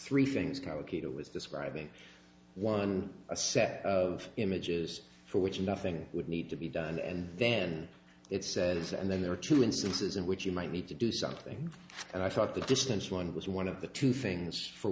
three things collocated was describing one set of images for which nothing would need to be done and then it says and then there are two instances in which you might need to do something and i thought the distance one was one of the two things for